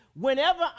whenever